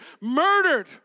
murdered